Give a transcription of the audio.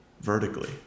vertically